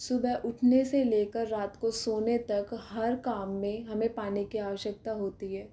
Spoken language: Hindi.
सुबह उठने से लेकर रात को सोने तक हर काम में हमें पानी की आवश्यकता होती है